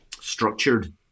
structured